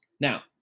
Now